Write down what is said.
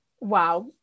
Wow